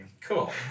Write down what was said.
Cool